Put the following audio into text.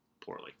poorly